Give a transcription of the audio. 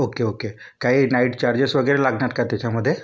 okay okay काही night charges वगैरे लागणार का त्याच्यामध्ये